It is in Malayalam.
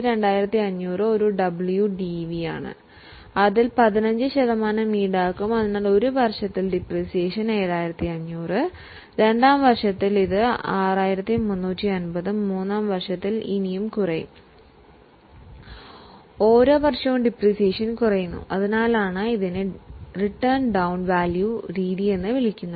ഓരോ വർഷവും ഡിപ്രീസിയേഷൻ കുറയുന്നു അതിനാലാണ് ഇതിനെ റെഡ്യൂസിങ് ബാലൻസ് രീതി എന്ന് വിളിക്കുന്നത്